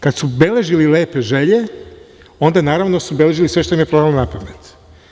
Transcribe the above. Kada su beležili lepe želje, onda su naravno beležili sve što im je palo na pamet.